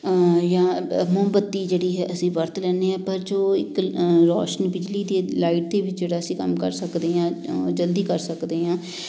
ਜਾਂ ਮੋਮਬੱਤੀ ਜਿਹੜੀ ਹੈ ਅਸੀਂ ਵਰਤ ਲੈਦੇ ਹਾਂ ਪਰ ਜੋ ਇਕ ਰੋਸ਼ਨ ਬਿਜਲੀ ਦੀ ਲਾਈਟ ਦੇ ਵਿੱਚ ਜਿਹੜਾ ਅਸੀਂ ਕੰਮ ਕਰ ਸਕਦੇ ਹਾਂ ਜਲਦੀ ਕਰ ਸਕਦੇ ਹਾਂ